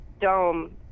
dome